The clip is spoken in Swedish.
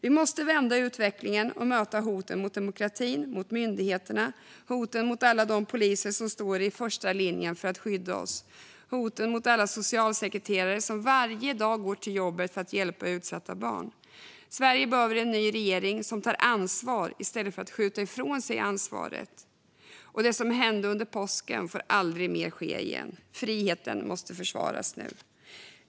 Vi måste vända utvecklingen och möta hoten mot demokratin och mot myndigheterna, hoten mot alla de poliser som står i första linjen för att skydda oss och hoten mot alla socialsekreterare som varje dag går till jobbet för att hjälpa utsatta barn. Sverige behöver en ny regering som tar ansvar i stället för att skjuta ifrån sig ansvaret. Och det som hände under påsken får aldrig ske igen. Friheten måste försvaras nu.